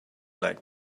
like